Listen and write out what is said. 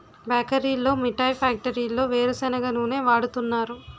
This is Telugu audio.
బేకరీల్లో మిఠాయి ఫ్యాక్టరీల్లో వేరుసెనగ నూనె వాడుతున్నారు